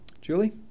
Julie